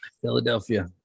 Philadelphia